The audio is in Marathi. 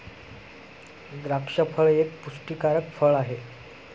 द्राक्ष फळ हे एक पुष्टीकारक फळ आहे